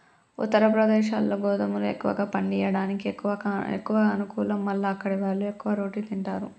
ఉత్తరప్రదేశ్లో గోధుమలు ఎక్కువ పండియడానికి ఎక్కువ అనుకూలం మల్ల అక్కడివాళ్లు ఎక్కువ రోటి తింటారు